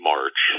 March